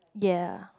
ya